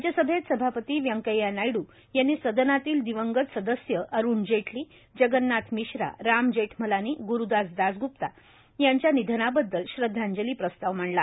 राज्यसभेत सभापती व्यंकय्या नायड् यांनी सदनातले दिवंगत सदस्य अरुण जेटली जगन्नाथ मिश्रा राम जेठमलानी ग्रुदास दासग्प्ता यांच्या निधनाबद्दल श्रद्धांजली प्रस्ताव मांडला